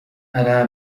أنا